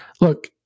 look